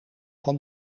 van